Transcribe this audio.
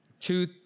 two